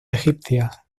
egipcias